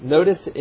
Notice